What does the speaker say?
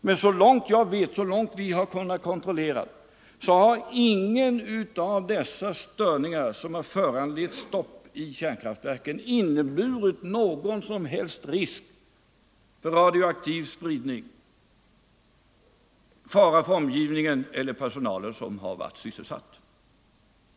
Men så långt vi har kunnat kontrollera har ingen av de störningar som föranlett stopp i kärnkraftverken inneburit någon som helst risk för radioaktiv spridning, fara för omgivningen eller för personalen som varit sysselsatt.